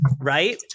right